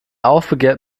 aufbegehrt